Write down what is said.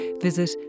visit